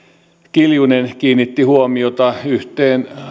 kiljunen kiinnitti huomiota yhteen